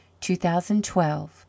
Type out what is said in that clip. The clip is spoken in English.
2012